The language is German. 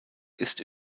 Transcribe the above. ist